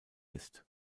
ist